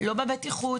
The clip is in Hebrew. לא בבטיחות,